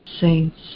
saints